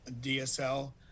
dsl